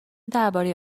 درباره